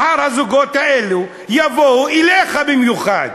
מחר הזוגות האלו יבואו אליך במיוחד,